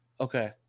Okay